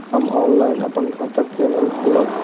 हम ऑनलाइन अपन खाता केना खोलाब?